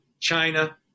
China